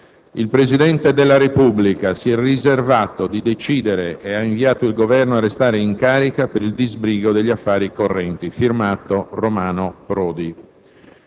Il Presidente della Repubblica si è riservato di decidere ed ha invitato il Governo a restare in carica per il disbrigo degli affari correnti. *f.to* Romano Prodi».